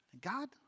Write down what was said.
God